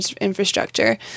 infrastructure